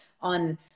on